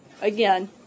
again